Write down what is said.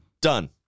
done